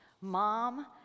Mom